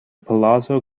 palazzo